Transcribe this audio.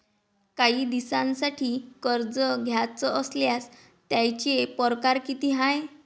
कायी दिसांसाठी कर्ज घ्याचं असल्यास त्यायचे परकार किती हाय?